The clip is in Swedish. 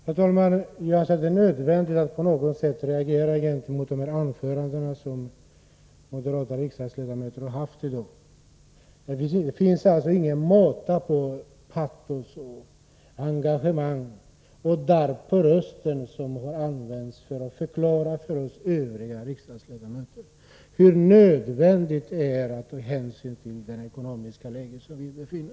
Herr talman! Jag ser det som nödvändigt att på något sätt reagera gentemot de anföranden som hållits av moderata riksdagsledamöter i dagens debatt. Det är ingen måtta på deras patos och engagemang eller på deras darr på rösten när de har förklarat för oss övriga riksdagsledamöter hur nödvändigt det är att ta hänsyn till det ekonomiska läge vi befinner oss i.